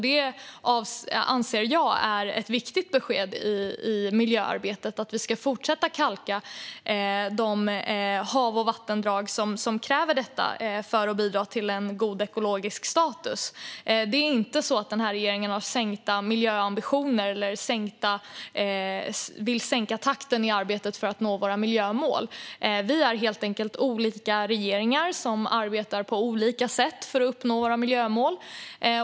Detta anser jag är ett viktigt besked i miljöarbetet, alltså att vi ska fortsätta kalka de hav och vattendrag som kräver detta för att bidra till en god ekologisk status. Denna regering har inte sänkt miljöambitionerna och vill inte sänka takten i arbetet för att nå våra miljömål. Denna regering och den förra är helt enkelt olika regeringar som arbetar på olika sätt för att uppnå våra miljömål.